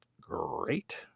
great